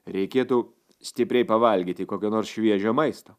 reikėtų stipriai pavalgyti kokio nors šviežio maisto